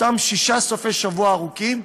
אותם שישה סופי-שבוע ארוכים,